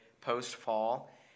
post-fall